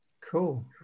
Cool